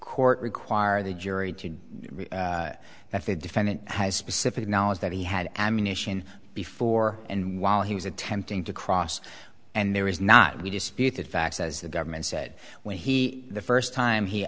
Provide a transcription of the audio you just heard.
court require the jury to do that the defendant has specific knowledge that he had ammunition before and while he was attempting to cross and there is not disputed facts as the government said when he the first time he